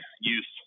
use